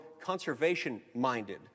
conservation-minded